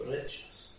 Riches